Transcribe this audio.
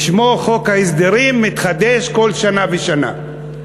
בשמו: חוק ההסדרים, מתחדש כל שנה ושנה.